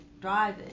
driving